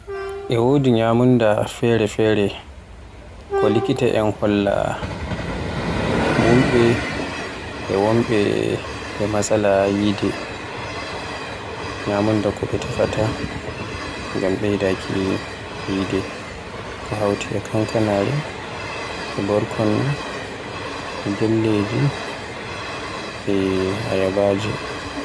E wodi ñyamunda fere-fere ko likitaen holla bunɓe e wonbe e matsala yide, ñyamunda ko ɓe tefaata ngam ɓeydaaki yide. Ko hawti e kankanaare, e borkonno, e gelleje e ayabaaje.